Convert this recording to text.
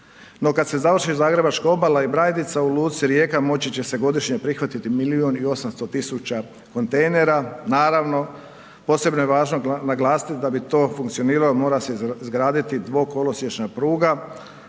No, kad se završi Zagrebačka obala i Brajdica u luci Rijeka, moći će se godišnje prihvatiti milijun i 800 tisuća kontejnera. Naravno, posebno je važno naglasiti, da bi to funkcioniralo, mora se izgraditi dvokolosiječna pruga,